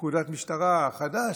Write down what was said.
פקודת משטרה חדש,